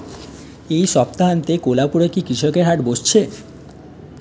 এই সপ্তাহান্তে কোলাপুরে কি কৃষকের হাট বসছে